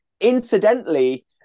incidentally